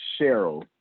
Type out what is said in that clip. cheryl